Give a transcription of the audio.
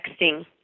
texting